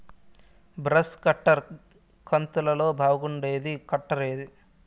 Brush cutter కంతులలో బాగుండేది cutter ఏది?